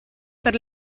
per